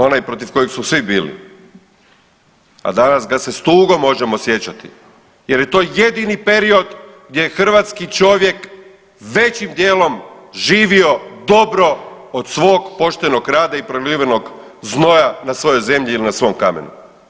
Onaj protiv kojeg su svi bili, a danas ga se s tugom možemo sjećati jer je to jedini period gdje je hrvatski čovjek većim dijelom živio dobro od svog poštenog rada i prolivenog znoja na svojoj zemlji ili na svom kamenu.